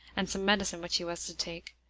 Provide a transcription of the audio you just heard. and some medicine which he was to take,